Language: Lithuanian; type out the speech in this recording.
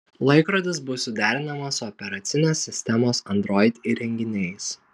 laikrodis bus suderinamas su operacinės sistemos android įrenginiais